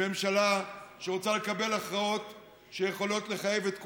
וממשלה שרוצה לקבל הכרעות שיכולות לחייב את כולנו,